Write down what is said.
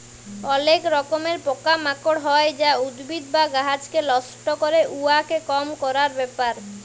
অলেক রকমের পকা মাকড় হ্যয় যা উদ্ভিদ বা গাহাচকে লষ্ট ক্যরে, উয়াকে কম ক্যরার ব্যাপার